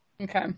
Okay